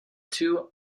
two